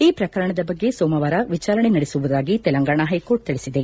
ಈ ಪ್ರಕರಣದ ಬಗ್ಗೆ ಸೋಮವಾರ ವಿಚಾರಣೆ ನಡೆಸುವುದಾಗಿ ತೆಲಂಗಾಣ ಹೈಕೋರ್ಟ್ ತಿಳಿಸಿದೆ